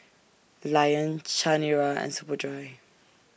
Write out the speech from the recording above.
Lion Chanira and Superdry